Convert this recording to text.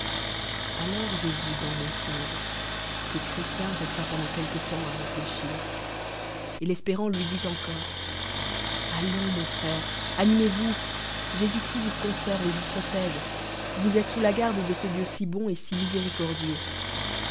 alors je vis dans mon songe que é hrétien resta pendantquelqueterupy à rél cbir j et l'espérant lui dit encofc a lions mon frère animez vous é vous conserve et vous protège vous êtes sous la barde dç ce dieu si bon et si miséricordieux